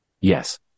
Yes